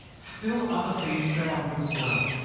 still other seed fell on good soil.